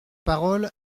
parole